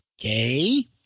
Okay